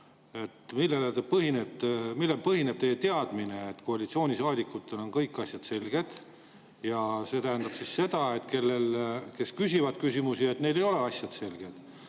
Millel põhineb teie teadmine, et koalitsioonisaadikutel on kõik asjad selged? Kas see tähendab siis seda, et neil, kes küsivad küsimusi, ei ole asjad selged?